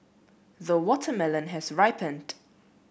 the watermelon has ripened